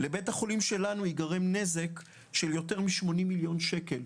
לבית החולים שלנו ייגרם נזק של יותר מ-80 מיליון שקל.